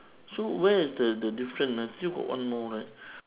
so where is the the different ah still got one more right